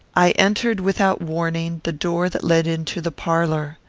i entered, without warning, the door that led into the parlour.